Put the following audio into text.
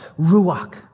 ruach